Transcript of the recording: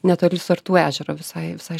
netoli sartų ežero visai visai